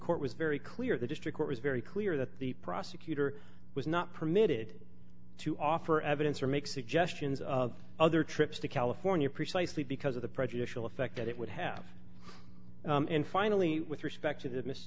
court was very clear the district court was very clear that the prosecutor was not permitted to offer evidence or make suggestions of other trips to california precisely because of the prejudicial effect that it would have and finally with respect to th